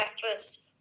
breakfast